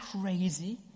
crazy